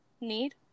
need